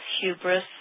hubris